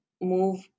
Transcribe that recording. move